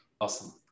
awesome